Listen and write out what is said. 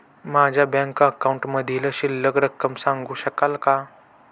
माझ्या बँक अकाउंटमधील शिल्लक रक्कम सांगू शकाल का?